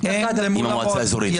הם מהמועצה האזורית.